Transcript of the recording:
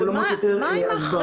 בעולמות יותר הסברתיים.